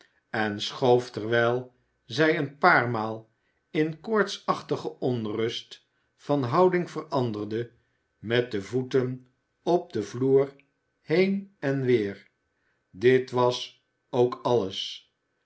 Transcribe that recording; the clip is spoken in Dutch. en schoof terwijl zij een paar maal in koortsachtige onrust van houding veranderde met de voeten op den vloer heen en weer dit was ook alles